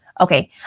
okay